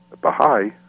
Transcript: Baha'i